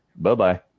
Bye-bye